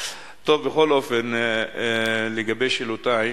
טוב, בכל אופן, לגבי שאלותי: